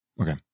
Okay